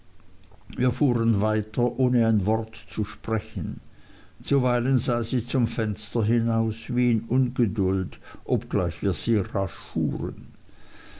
wir fuhren weiter ohne ein wort zu sprechen zuweilen sah sie zum fenster hinaus wie in ungeduld obgleich wir sehr